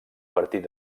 partir